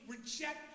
reject